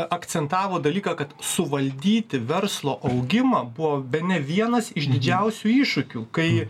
akcentavo dalyką kad suvaldyti verslo augimą buvo bene vienas iš didžiausių iššūkių kai